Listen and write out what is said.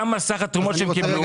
כמה סך התרומות שהם קיבלו.